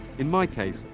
in my case,